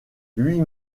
huit